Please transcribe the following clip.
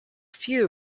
few